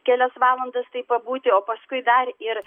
kelias valandas taip pabūti o paskui dar ir